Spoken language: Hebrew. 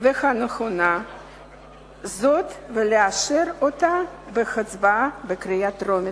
ונכונה זאת, ולאשר אותה בהצבעה בקריאה טרומית.